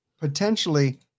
potentially